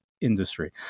industry